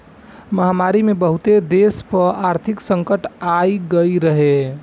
महामारी में बहुते देस पअ आर्थिक संकट आगई रहे